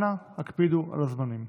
אנא הקפידו על הזמנים.